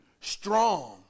strong